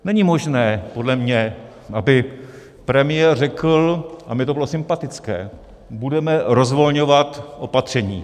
Není možné podle mě, aby premiér řekl, a mně to bylo sympatické: budeme rozvolňovat opatření.